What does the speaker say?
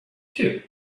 too